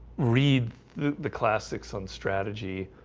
read the classics on strategy.